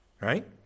right